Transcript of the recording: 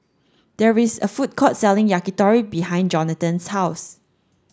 there is a food court selling Yakitori behind Jonathan's house